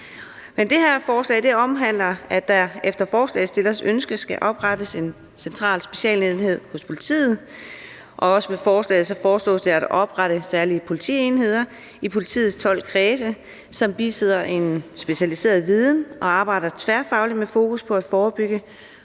Men det her forslag omhandler, at der efter forslagsstillernes ønske skal oprettes en central specialenhed hos politiet, og det foreslås også med forslaget at oprette særlige politienheder i politiets 12 kredse, som besidder en specialiseret viden og arbejder tværfagligt med fokus på at forebygge